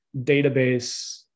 database